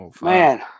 man